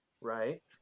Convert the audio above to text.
right